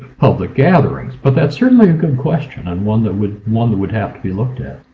public gatherings. but that's certainly a good question and one that would one that would have to be looked at.